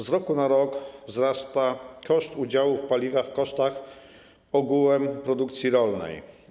Z roku na rok wzrasta koszt udziału paliwa w kosztach ogółem produkcji rolnej.